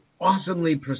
awesomely